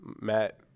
Matt –